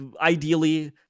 ideally